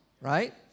right